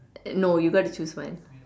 no you got to choose one